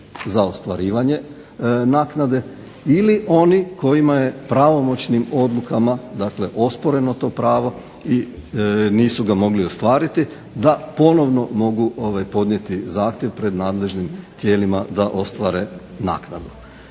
za ostvarivanje naknade ili oni kojima je pravomoćnim odlukama dakle osporeno to pravo i nisu ga mogli ostvariti da ponovno mogu podnijeti zahtjev pred nadležnim tijelima da ostvare naknadu.